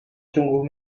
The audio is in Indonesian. sungguh